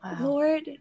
Lord